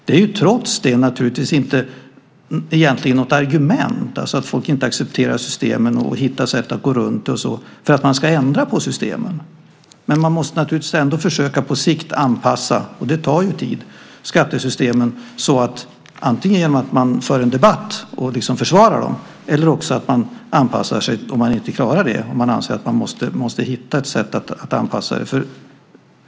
Det är trots det egentligen inte något argument, att människor inte accepterar systemen och hittar sätt att gå runt, för att man ska ändra på systemen. Man måste ändå försöka att anpassa skattesystemen på sikt, och det tar tid. Det gör man antingen genom att man för en debatt och försvarar dem eller också anpassar sig om man inte klarar det, och man anser att man måste hitta ett sätt att anpassa dem.